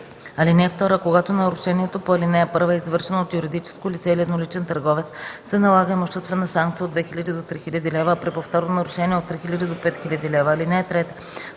лв. (2) Когато нарушението по ал. 1 е извършено от юридическо лице или едноличен търговец, се налага имуществена санкция от 2000 до 3000 лв., а при повторно нарушение – от 3000 до 5000 лв. (3)